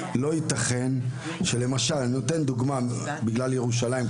לא יתכן שלמשל, אני נותן דוגמה בגלל ירושלים.